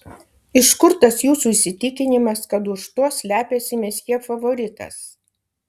iš kur tas jūsų įsitikinimas kad už to slepiasi mesjė favoritas